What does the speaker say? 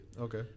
okay